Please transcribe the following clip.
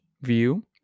view